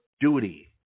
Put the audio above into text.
duty